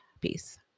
peace